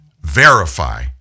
verify